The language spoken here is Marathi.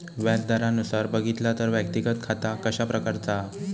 व्याज दरानुसार बघितला तर व्यक्तिगत खाता कशा प्रकारचा हा?